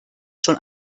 schon